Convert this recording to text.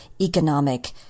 economic